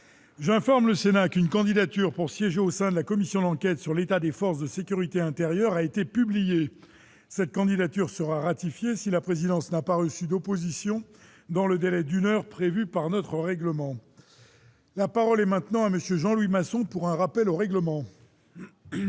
j'informe le Sénat qu'une candidature pour siéger au sein de la commission d'enquête sur l'état des forces de sécurité intérieure a été publié cette candidature sera ratifié si la présidence n'a pas aussi d'opposition dans le délai d'une heure prévue par notre règlement. La parole est maintenant à monsieur Jean-Louis Masson pour un rappel au règlement.